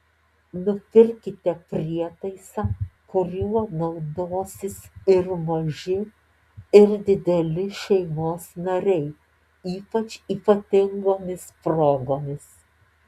nupirkite prietaisą kuriuo naudosis ir maži ir dideli šeimos nariai ypač ypatingomis progomis